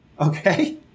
Okay